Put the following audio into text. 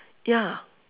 ya